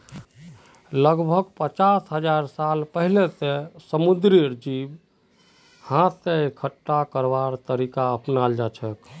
लगभग पचास हजार साल पहिलअ स समुंदरेर जीवक हाथ स इकट्ठा करवार तरीका अपनाल जाछेक